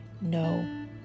no